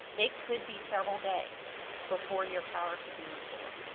it could be several days before your power could be restored.